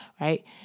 right